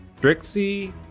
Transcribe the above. Drixie